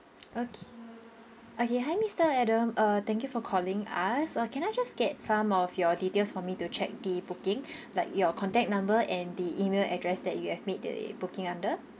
okay okay hi mister adam uh thank you for calling us uh can I just get some of your details for me to check the booking like your contact number and the email address that you have made the booking under